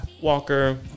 Walker